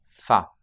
fa